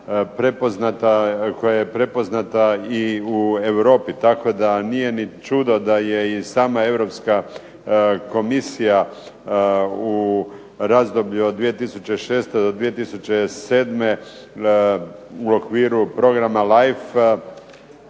prepoznata i u Europi tako da nije ni čudo da je i sama Europska komisija u razdoblju do 2006. do 2007. u okviru programa